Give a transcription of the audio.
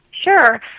Sure